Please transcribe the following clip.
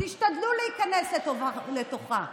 תשתדלו להיכנס לתוכה.